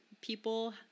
people